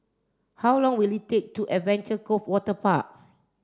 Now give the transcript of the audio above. how long will it take to Adventure Cove Waterpark